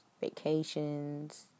vacations